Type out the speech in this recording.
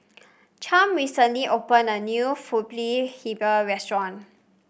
Champ recently opened a new pulut Hitam Restaurant